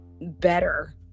better